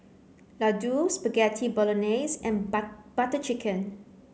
Ladoo Spaghetti Bolognese and Butter Chicken